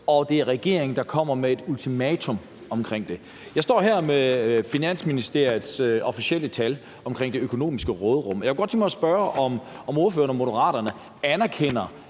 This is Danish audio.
og det er regeringen, der kommer med et ultimatum om det. Jeg står her med Finansministeriets officielle tal omkring det økonomiske råderum. Og jeg kunne godt tænke mig at spørge om, om ordføreren og Moderaterne anerkender,